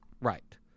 Right